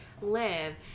live